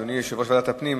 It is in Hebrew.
אדוני יושב-ראש ועדת הפנים,